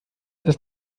ist